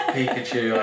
Pikachu